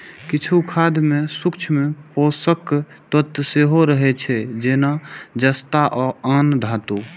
किछु खाद मे सूक्ष्म पोषक तत्व सेहो रहै छै, जेना जस्ता आ आन धातु